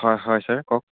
হয় হয় ছাৰ কওক